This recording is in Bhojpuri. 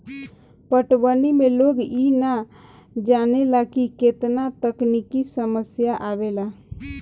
पटवनी में लोग इ ना जानेला की केतना तकनिकी समस्या आवेला